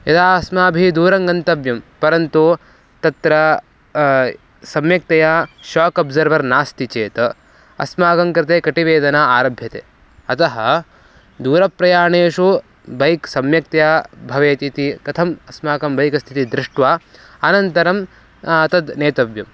यदा अस्माभिः दूरं गन्तव्यं परन्तु तत्र सम्यक्तया शाक् अब्सर्वर् नास्ति चेत् अस्माकं कृते कटिवेदना आरभ्यते अतः दूरप्रयाणेषु बैक् सम्यक्तया भवेत् इति कथम् अस्माकं बैक् स्थितिः दृष्ट्वा अनन्तरं तद् नेतव्यम्